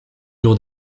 lourd